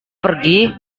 pergi